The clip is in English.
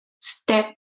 step